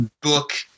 book